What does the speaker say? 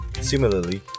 Similarly